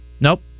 Nope